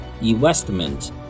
investment